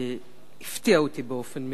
הפתיע אותי באופן מיוחד.